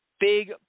big